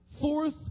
fourth